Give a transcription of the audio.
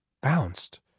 bounced